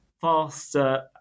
faster